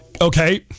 Okay